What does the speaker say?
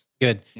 Good